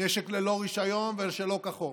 נשק ללא רישיון ושלא כחוק.